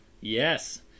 Yes